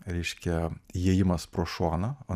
reiškia įėjimas pro šoną o